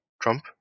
Trump